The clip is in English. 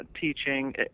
teaching